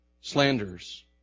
Slanders